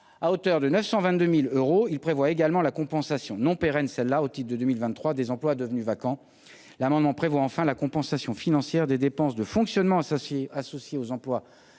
à hauteur de 922 000 euros, ainsi que la compensation, non pérenne, au titre de 2023, des emplois devenus vacants. L’amendement tend enfin à prévoir la compensation financière des dépenses de fonctionnement associées aux emplois